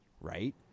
right